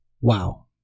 Wow